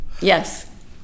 yes